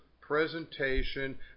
presentation